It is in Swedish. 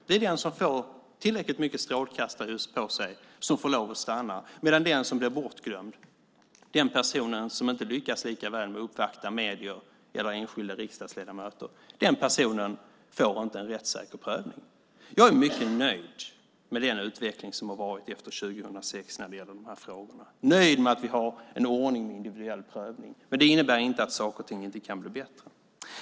Det är den som får tillräckligt mycket strålkastarljus på sig som får lov att stanna medan den person som blir bortglömd och som inte lyckas lika väl med att uppvakta medier eller enskilda riksdagsledamöter inte får en rättssäker prövning. Jag är mycket nöjd med den utveckling som varit efter år 2006 när det gäller de här frågorna och att vi har en ordning med individuell prövning. Men det innebär inte att saker och ting inte kan bli bättre.